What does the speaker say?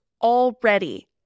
already